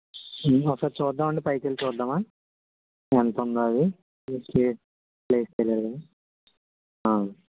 ఒకసారి చూద్దాము అండి పైకి వెళ్ళి చూద్దామా ఎంత ఉందో అది ప్లేస్ ప్లేస్ తెలియాలి కదా